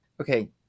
okay